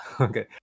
Okay